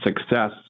Success